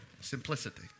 Simplicity